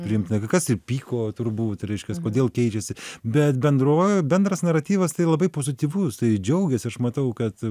priimtina kai kas ir pyko turbūt reiškias kodėl keičiasi bet bendro bendras naratyvas tai labai pozityvus tai džiaugiasi aš matau kad